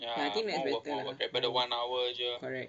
but I think that's better lah correct